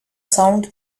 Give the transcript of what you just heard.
sound